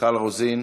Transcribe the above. מיכל רוזין,